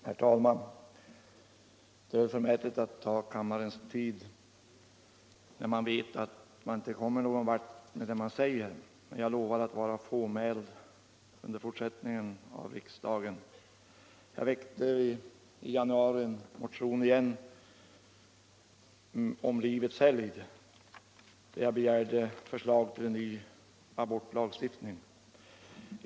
Herr talman! Det är förmätet att ta kammarens tid i anspråk när man vet att man inte kommer någon vart med det man säger, men jag lovar att vara fåmäld i fortsättningen av riksdagen. Jag väckte i januari igen en motion om livets helgd, där jag begärde förslag till en ny abortlagstiftning.